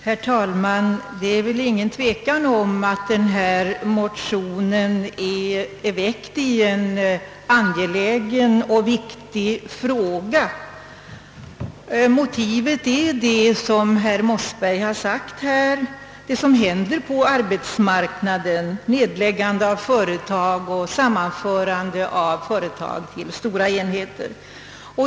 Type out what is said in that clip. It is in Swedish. Herr talman! Det är väl ingen tvekan om att denna motion är väckt i en angelägen och viktig fråga. Motivet är, som herr Mossberg har sagt, det som händer på arbetsmarknaden, nedläggandet och sammanförandet av företag till stora enheter.